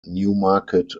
newmarket